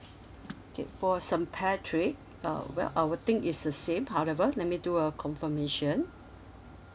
okay for st patrick uh well I'll think is a same however let me do a confirmation